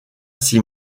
six